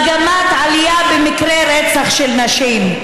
מגמת עלייה במקרי רצח של נשים.